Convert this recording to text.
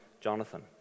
Jonathan